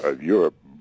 Europe